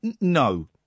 no